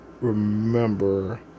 remember